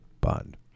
Bond